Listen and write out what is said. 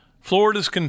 Florida's